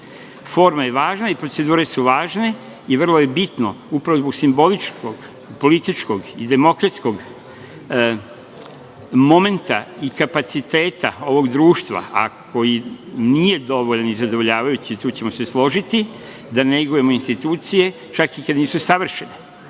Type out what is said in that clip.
Forma je važna i procedure su važne i vrlo je bitno, upravo zbog simboličkog, političkog i demokratskog momenta i kapaciteta ovog društva, a koji nije dovoljan i zadovoljavajući, tu ćemo se složiti, da negujemo institucije, čak i kada nisu savršene. Neki